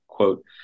quote